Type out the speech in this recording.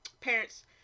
parents